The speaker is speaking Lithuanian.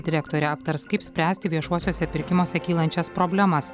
direktore aptars kaip spręsti viešuosiuose pirkimuose kylančias problemas